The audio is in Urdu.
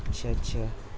اچھا اچھا